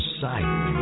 sight